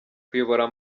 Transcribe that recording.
kuyobora